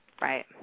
Right